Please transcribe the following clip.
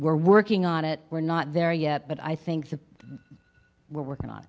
working on it we're not there yet but i think that we're working on